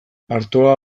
artoa